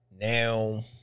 now